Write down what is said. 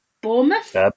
Bournemouth